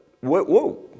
Whoa